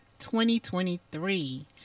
2023